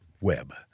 web